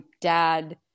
dad